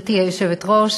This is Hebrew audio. גברתי היושבת-ראש,